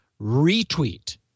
retweet